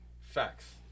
facts